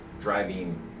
driving